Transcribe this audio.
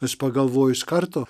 aš pagalvoju iš karto